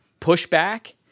pushback